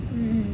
hmm